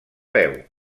peu